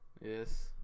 Yes